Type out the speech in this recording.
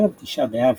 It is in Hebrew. ערב תשעה באב